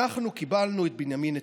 אנחנו קיבלנו את בנימין נתניהו,